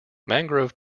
mangrove